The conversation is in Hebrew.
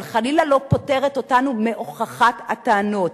אבל חלילה לא פוטרת אותנו מהוכחת הטענות.